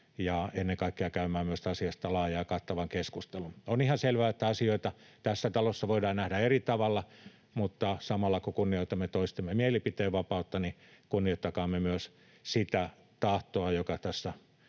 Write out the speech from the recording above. ja ennen kaikkea käymään tästä asiasta laajan ja kattavan keskustelun. On ihan selvää, että asioita tässä talossa voidaan nähdä eri tavalla, mutta samalla kun kunnioitamme toistemme mielipiteenvapautta, kunnioittakaamme myös sitä tahtoa, joka tässä